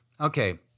Okay